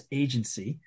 agency